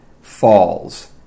falls